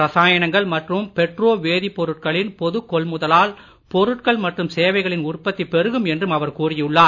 ரசாயனங்கள் மற்றும் பெட்ரோ வேதிப் பொருட்களின் பொதுக் கொள்முதலால் பொருட்கள் மற்றும் சேவைகளின் உற்பத்தி பெருகும் என்றும் அவர் கூறியுள்ளார்